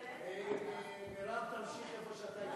מרב תמשיך איפה שאתה,